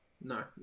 No